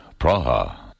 Praha